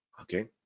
okay